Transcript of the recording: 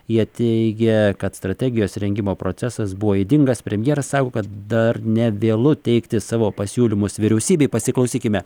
jie teigia kad strategijos rengimo procesas buvo ydingas premjeras sako kad dar nevėlu teikti savo pasiūlymus vyriausybei pasiklausykime